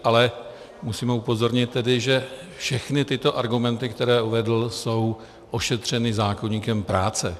Ale musím ho upozornit, že všechny tyto argumenty, které uvedl, jsou ošetřeny zákoníkem práce.